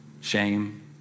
shame